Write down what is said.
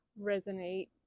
resonate